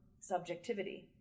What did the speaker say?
subjectivity